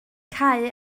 cau